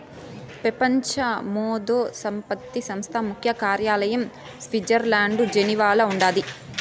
పెపంచ మేధో సంపత్తి సంస్థ ముఖ్య కార్యాలయం స్విట్జర్లండ్ల జెనీవాల ఉండాది